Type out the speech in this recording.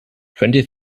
twenty